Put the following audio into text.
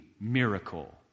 miracle